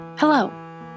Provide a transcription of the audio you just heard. Hello